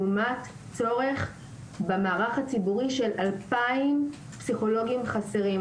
לעומת צורך במערך הציבורי של 2,000 פסיכולוגים חסרים.